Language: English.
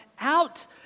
out